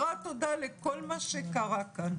ללא ספק, אני אסירת תודה לכל מה שקרה כאן.